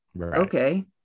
Okay